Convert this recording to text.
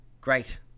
Great